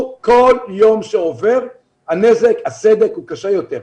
כי כל יום שעובר הנזק והסדק הוא קשה יותר.